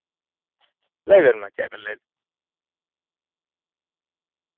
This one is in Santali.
ᱞᱟᱹᱭᱵᱮᱱ ᱢᱟ ᱪᱮᱫ ᱵᱮᱱ ᱞᱟᱹᱭᱫᱟ